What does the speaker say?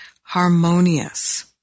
harmonious